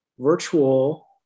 virtual